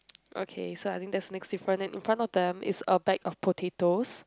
okay so I think that's the next different then in front of them is a bag of potatoes